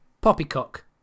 Poppycock